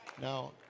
Now